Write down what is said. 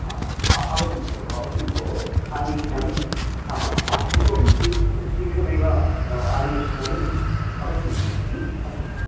हा अवश्यं भोः अवश्यं भोः आनयिष्यामि आमाम् इतोपि शीघ्रमेव आनयिष्यामि अवश्यं हि अस्तु अस्तु